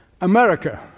America